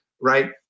right